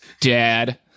dad